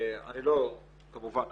כמובן,